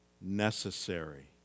necessary